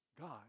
God